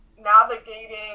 navigating